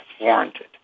warranted